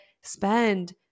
spend